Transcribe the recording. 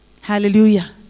Hallelujah